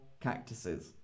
cactuses